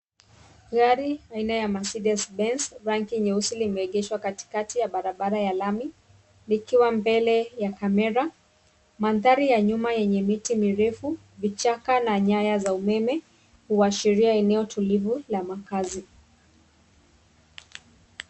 Gari aina ya Mercedes Benz rangi nyeusi limeegeshwa katikati ya barabara ya lami, likiwa mbele ya kamera . Mandhari ya nyuma yenye miti mirefu, vichaka na nyaya za umeme huashiria eneo tulivu la makazi.